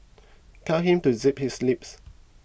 tell him to zip his lips